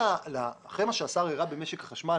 אחרי מה שהשר הראה במשק החשמל,